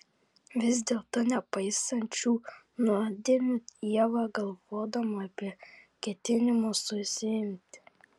vis dėlto nepaisant šių nuodėmių ieva galvodavo apie ketinimus susiimti